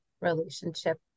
relationship